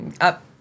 up